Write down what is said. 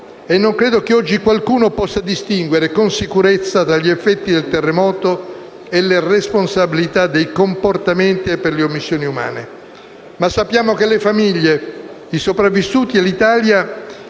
e non credo che oggi qualcuno possa distinguere con sicurezza tra gli effetti del terremoto e le responsabilità per i comportamenti e per le omissioni umane. Ma sappiamo che le famiglie, i sopravvissuti e l'Italia